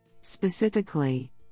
Specifically